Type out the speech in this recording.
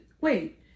wait